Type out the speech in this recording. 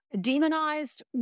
Demonized